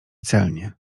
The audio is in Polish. celnie